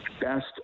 Best